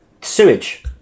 sewage